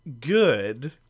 good